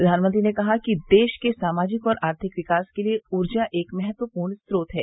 प्रधानमंत्री ने कहा कि देश के सामाजिक और आर्थिक विकास के लिए ऊर्जा एक महत्वपूर्ण स्रोत है